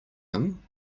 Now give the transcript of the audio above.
him